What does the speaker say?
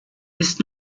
ist